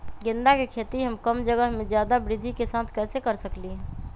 गेंदा के खेती हम कम जगह में ज्यादा वृद्धि के साथ कैसे कर सकली ह?